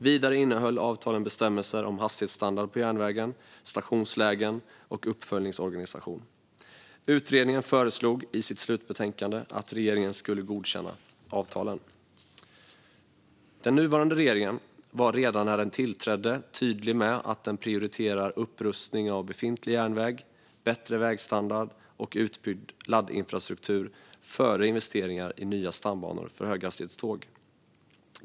Vidare innehöll avtalen bestämmelser om hastighetsstandard på järnvägen, stationslägen och uppföljningsorganisation. Utredningen föreslog i sitt slutbetänkande att regeringen skulle godkänna avtalen. Den nuvarande regeringen var redan när den tillträdde tydlig med att den prioriterar upprustning av befintlig järnväg, bättre vägstandard och utbyggd laddinfrastruktur före investeringar i nya stambanor för höghastighetståg.